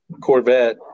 corvette